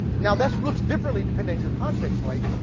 now, this looks differently depending on your context, right?